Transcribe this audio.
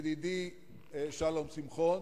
ידידי שלום שמחון,